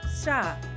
stop